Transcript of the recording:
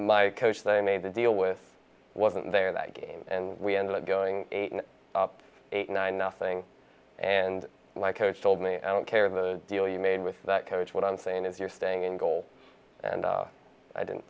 my coach that i made the deal with wasn't there that game and we ended up going up eight nine nothing and like coach told me i don't care the deal you made with that coach what i'm saying is you're staying in goal and i didn't